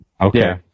okay